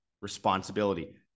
responsibility